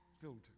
filter